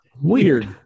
Weird